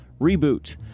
Reboot